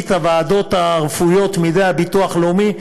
את הוועדות הרפואיות מידי הביטוח הלאומי.